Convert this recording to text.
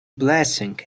blessing